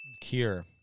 Cure